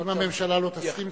אם הממשלה לא תסכים,